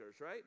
right